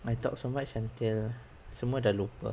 I talk so much until semua dah lupa